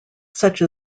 such